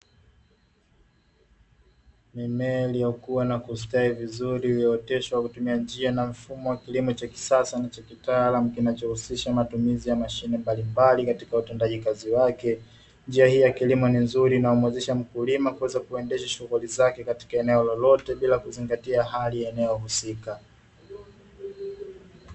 Mimea iliyokuwa na kustawi vizuri uyaoteshwa kutumia njia na mfumo wa kilimo cha kisasa na cha kitaalamu kinachohusisha matumizi ya mashine mbalimbali katika utendaji kazi wake. Njia hii ya kilimo ni nzuri na umewezesha mkulima kuweza kuendesha shughuli zake katika eneo lolote bila kuzingatia hali ya eneo husika.